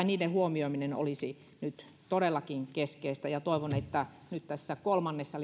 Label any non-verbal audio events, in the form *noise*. *unintelligible* niiden huomioiminen olisi nyt todellakin keskeistä toivon että nyt tässä kolmannessa *unintelligible*